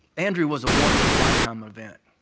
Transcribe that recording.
andrew was a once-in-a-lifetime event,